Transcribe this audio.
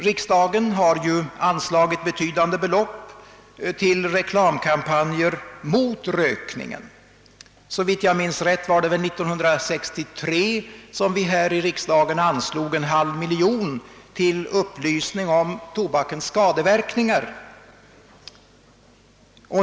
Riksdagen har anslagit betydande belopp till reklamkampanjer mot rökningen. Såvitt jag minns rätt var det 1963 som Kungl. Maj:t i proposition till riksdagen föreslog en halv miljon till upplysning om tobakens skadeverkningar.